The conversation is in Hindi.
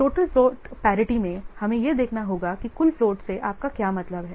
तो टोटल फ्लोट पैरेटी में हमें यह देखना होगा कि कुल फ्लोट से आपका क्या मतलब है